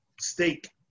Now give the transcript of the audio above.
Steak